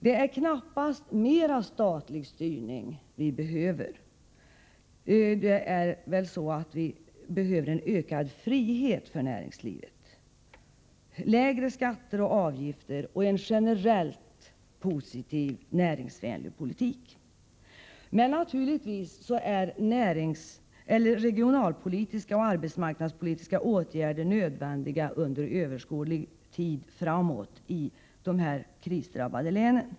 Det är knappast mera statlig styrning vi behöver. Vi behöver en ökad frihet för näringslivet, lägre skatter och avgifter och en generellt positiv, näringsvänlig politik. Naturligtvis är regionalpolitiska och arbetsmarknadspolitiska åtgärder nödvändiga i dessa krisdrabbade län under överskådlig tid framåt.